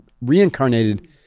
reincarnated